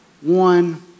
one